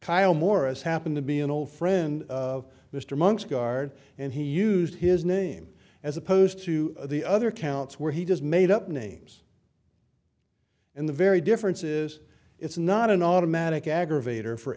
kyle morris happened to be an old friend of mr monk's guard and he used his name as opposed to the other counts where he just made up names and the very differences it's not an automatic aggravator for